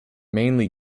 mainly